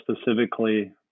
specifically